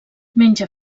menja